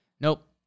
Nope